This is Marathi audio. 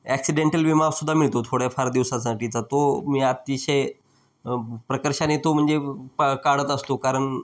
ॲक्सिडेंटल विमासुद्धा मिळतो थोड्याफार दिवसासाठीचा तो मी अतिशय प्रकर्षाने तो म्हणजे काढत असतो कारण